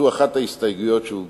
זו אחת ההסתייגויות שהוגשו.